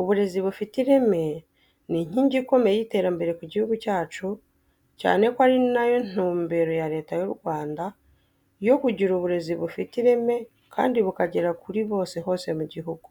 Uburezi bufite ireme ni inkingi ikomeye y'iterambere ku gihugu cyacu cyane ko ari nayo ntumbero ya Leta y'u Rwanda yo kugita uburezi bufite ireme kandi bukagera kuri bose hose mu gihugu.